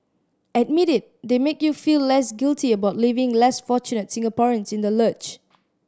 admit it they make you feel less guilty about leaving less fortunate Singaporeans in the lurch